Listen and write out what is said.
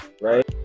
right